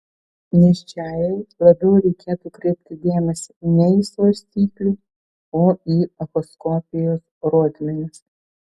nėščiajai labiau reikėtų kreipti dėmesį ne į svarstyklių o į echoskopijos rodmenis